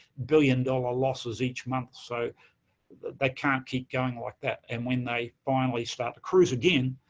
billion-dollar losses each month, so they can't keep going like that. and when they finally start the cruise again,